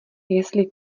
jestli